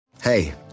Hey